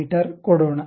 me ಕೊಡೋಣ